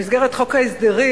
במסגרת חוק ההסדרים,